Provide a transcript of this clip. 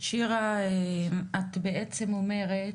את בעצם אומרת,